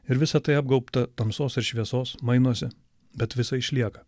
ir visa tai apgaubta tamsos ir šviesos mainosi bet visa išlieka